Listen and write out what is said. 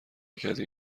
نکردی